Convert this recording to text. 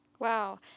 Wow